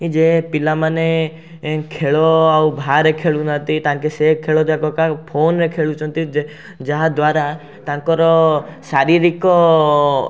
ଏ ଯେ ପିଲାମାନେ ଏଁ ଖେଳ ଆଉ ଭାଆରେ ଖେଳୁ ନାହାନ୍ତି ତାଙ୍କେ ସେ ଖେଳ ଯାକକ ଆଉ ଫୋନ୍ରେ ଖେଳୁଛନ୍ତି ଯେ ଯାହାଦ୍ଵାରା ତାଙ୍କର ଶାରୀରିକ